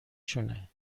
شونه